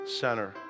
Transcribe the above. center